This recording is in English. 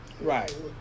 Right